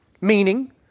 meaning